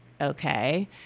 okay